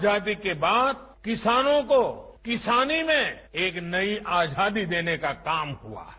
आजादी के बाद किसानों को किसानी में एक नई आजादी देने का काम हुआ है